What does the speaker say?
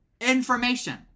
information